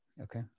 okay